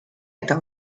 eta